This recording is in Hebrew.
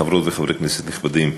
חברות וחברי כנסת נכבדים,